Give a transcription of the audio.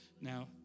Now